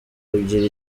ebyiri